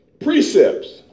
Precepts